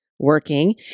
Working